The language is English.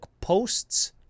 posts